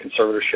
conservatorship